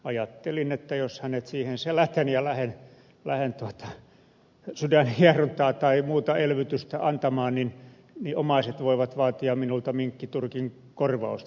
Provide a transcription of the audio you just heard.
ajattelin että jos hänet siihen selätän ja lähden sydänhierontaa tai muuta elvytystä antamaan niin omaiset voivat vaatia minulta minkkiturkin korvausta